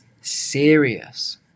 serious